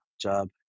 job